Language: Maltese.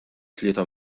tlieta